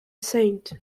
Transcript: saint